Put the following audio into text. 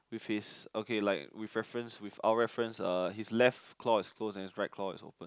with his okay like with reference with our reference uh his left claw is closed and right claw is open